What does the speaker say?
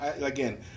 again